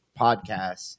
podcast